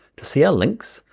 to see our links,